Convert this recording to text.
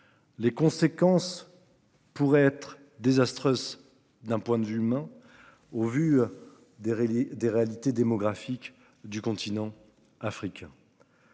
Les conséquences pourraient être désastreuses. D'un point de vue humain au vu. Des rallyes des réalités démographiques du continent africain.